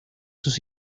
sus